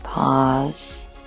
Pause